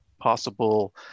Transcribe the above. possible